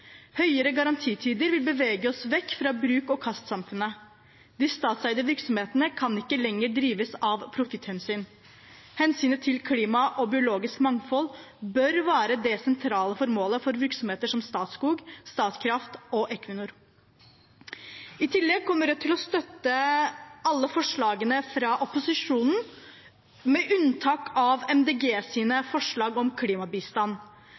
garantitider vil bevege oss vekk fra bruk-og-kast-samfunnet. De statseide virksomhetene kan ikke lenger drives av profitthensyn. Hensynet til klima og biologisk mangfold bør være det sentrale formålet for virksomheter som Statskog, Statkraft og Equinor. I tillegg kommer Rødt til å støtte alle forslagene fra opposisjonen, med unntak av MDGs forslag om klimabistand.